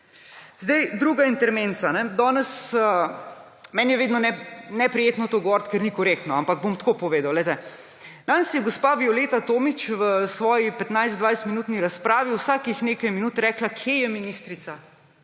Drugi intermezzo. Danes, meni je vedno neprijetno to govoriti, ker ni korektno, ampak bom tako povedal, danes je gospa Violeta Tomić v svoji 15-, 20-minutni razpravi vsakih nekaj minut rekla: »Kje je ministrica,